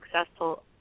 successful